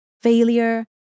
failure